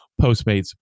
Postmates